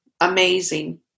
amazing